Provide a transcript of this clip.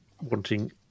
wanting